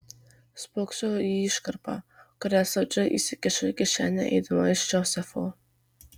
spokso į iškarpą kurią slapčia įsikišau į kišenę eidama iš džozefo